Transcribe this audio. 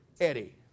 Eddie